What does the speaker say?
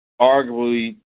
arguably